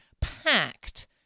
packed